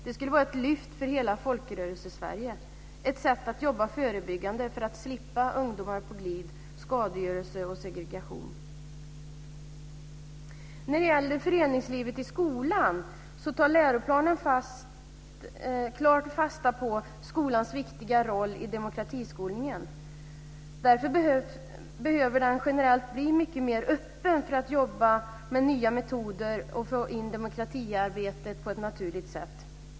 Det skulle vara ett lyft för hela Folkrörelse-Sverige, ett sätt att jobba förebyggande för att slippa ungdomar på glid, skadegörelse och segregation. När det gäller föreningslivet i skolan tar läroplanen klart fasta på skolans viktiga roll i demokratiskolningen. Därför behöver den generellt bli mycket mer öppen för att jobba med nya metoder och få in demokratiarbetet på ett naturligt sätt.